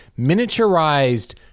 miniaturized